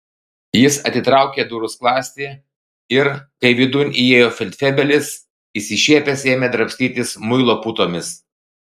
jis atitraukė durų skląstį ir kai vidun įėjo feldfebelis išsišiepęs ėmė drabstytis muilo putomis